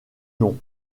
non